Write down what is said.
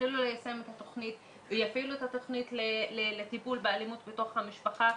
יתחילו ליישם את התוכנית ויפעילו את התוכנית לטיפול באלימות במשפחה,